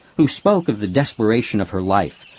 who spoke of the desperation of her life,